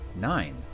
Nine